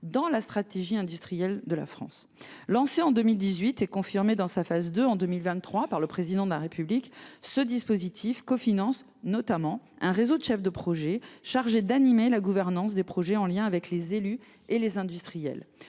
dans la stratégie industrielle de la France. Lancé en 2018 et confirmé dans sa phase 2 en 2023 par le Président de la République, ce dispositif cofinance notamment un réseau de chefs de projet chargé d’animer la gouvernance des projets en lien avec les élus et les industriels.